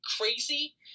crazy